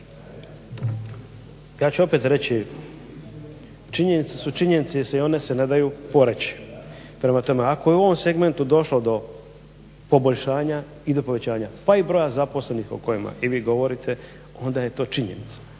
Ja ću opet reći, činjenice su činjenice jer se one ne daju poreći. Prema tome, ako je u ovom segmentu došlo do poboljšanja i do povećanja pa i broja zaposlenih o kojima i vi govorite, onda je to činjenica.